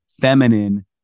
feminine